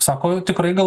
sako tikrai gal